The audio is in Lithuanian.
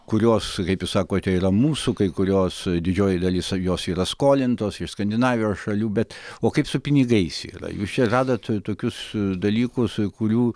kurios kaip jūs sakote yra mūsų kai kurios didžioji dalis jos yra skolintos iš skandinavijos šalių bet o kaip su pinigais yra jūs čia žadat tokius dalykus kurių